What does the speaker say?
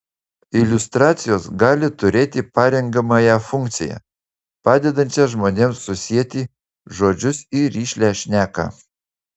iliustracijos gali turėti parengiamąją funkciją padedančią žmonėms susieti žodžius į rišlią šneką